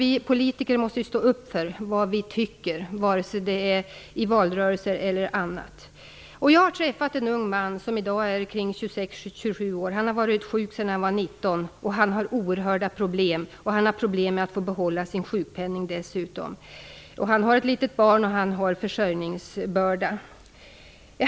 Vi politiker måste stå upp för det vi tycker, vare sig det är i valrörelser eller annars. Jag har träffat en ung man som i dag är 26-27 år. Han har varit sjuk sedan han var 19 år. Han har oerhörda problem. Han har dessutom problem med att få behålla sin sjukpenning. Han har ett litet barn, och han har försörjningsbörda.